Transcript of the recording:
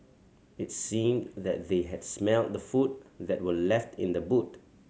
it seemed that they had smelt the food that were left in the boot